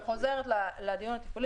אז הנה, אני חוזרת לדיון הטיפולי.